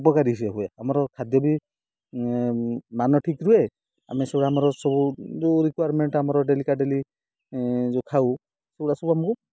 ଉପକାରୀ ସେ ହୁଏ ଆମର ଖାଦ୍ୟ ବି ମାନ ଠିକ୍ ରୁହେ ଆମେ ସେଗୁଡ଼ା ଆମର ସବୁ ଯେଉଁ ରିକ୍ୱୟାରମେଣ୍ଟ ଆମର ଡେଲିକା କା ଡେଲି ଯେଉଁ ଖାଉ ସେଗୁଡ଼ା ସବୁ ଆମକୁ